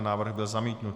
Návrh byl zamítnut.